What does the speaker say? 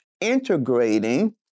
integrating